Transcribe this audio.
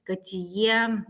kad jie